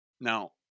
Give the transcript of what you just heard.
Now